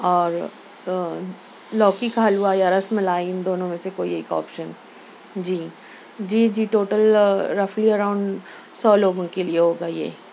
اور لوکی کا حلوہ یا رس ملائی ان دونوں میں سے کوئی ایک آپشن جی جی جی ٹوٹل رفلی اراؤنڈ سو لوگوں کے لیے ہوگا یہ